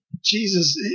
Jesus